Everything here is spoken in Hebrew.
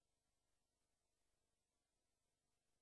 היושב-ראש,